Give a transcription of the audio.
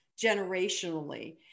generationally